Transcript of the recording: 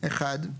(1)